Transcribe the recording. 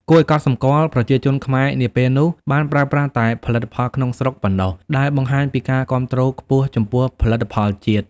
គួរឱ្យកត់សម្គាល់ ប្រជាជនខ្មែរនាពេលនោះបានប្រើប្រាស់តែផលិតផលក្នុងស្រុកប៉ុណ្ណោះ ដែលបង្ហាញពីការគាំទ្រខ្ពស់ចំពោះផលិតផលជាតិ។